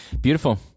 Beautiful